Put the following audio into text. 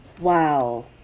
Wow